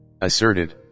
Asserted